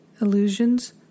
illusions